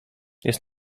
jest